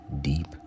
deep